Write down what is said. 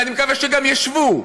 ואני מקווה שגם ישבו,